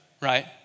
right